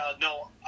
no